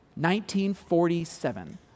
1947